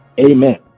Amen